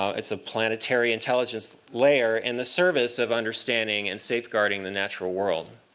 it's a planetary intelligence layer in the service of understanding and safeguarding the natural world.